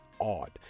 odd